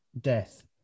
death